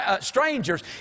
strangers